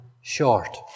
short